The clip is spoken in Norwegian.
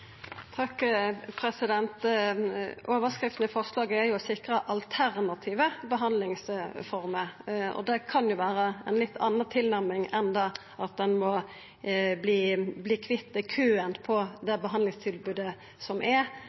i forslaget er å sikra alternative behandlingsformer, og det kan jo vera ei litt anna tilnærming enn at ein må bli kvitt køen på det behandlingstilbodet som er,